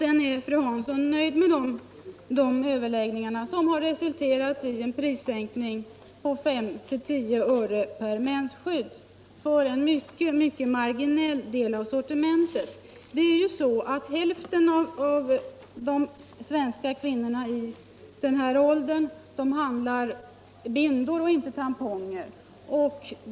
Sedan är fru Hansson nöjd med de överläggningarna, som har resulterat i en prissänkning på 5-10 öre per mensskydd för en mycket marginell del av sortimentet. Hälften av de svenska kvinnorna i den aktuella åldern handlar bindor och inte tamponger.